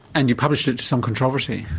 and you published it to some controversy?